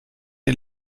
ihr